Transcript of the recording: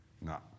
No